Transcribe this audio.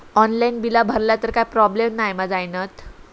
Online bill भरला तर काय प्रोब्लेम नाय मा जाईनत?